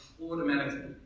automatically